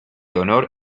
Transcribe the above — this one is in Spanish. honor